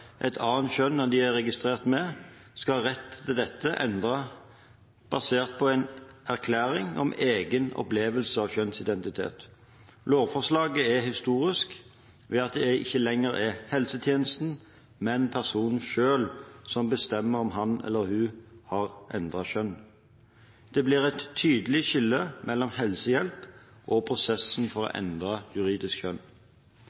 et annet kjønn enn det de er registrert med, skal ha rett til å endre dette basert på en erklæring om egen opplevelse av kjønnsidentitet. Lovforslaget er historisk ved at det ikke lenger er helsetjenesten, men personen selv som bestemmer om han eller hun har endret kjønn. Det blir et tydelig skille mellom helsehjelp og prosessen for å endre juridisk kjønn.